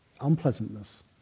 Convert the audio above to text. unpleasantness